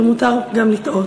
ומותר גם לטעות.